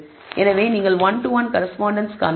எனவே நீங்கள் one to one correspondence காண்பீர்கள்